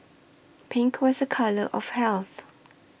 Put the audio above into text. pink was a colour of health